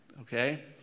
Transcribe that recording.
okay